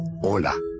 hola